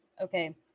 Okay